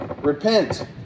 Repent